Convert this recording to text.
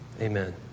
Amen